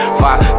five